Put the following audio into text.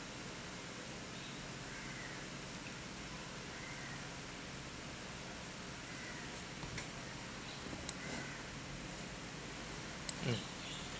mm